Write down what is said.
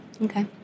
Okay